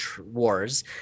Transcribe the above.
Wars